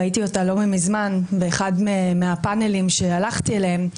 ראיתי אותה לא מזמן באחד מהפאנלים שהלכתי אליהם,